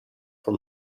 from